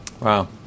Wow